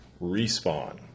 Respawn